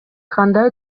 кандай